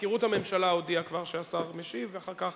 מזכירות הממשלה הודיעה כבר שהשר משיב ואחר כך